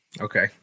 Okay